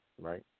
right